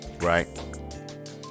Right